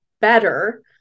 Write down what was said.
better